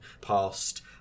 past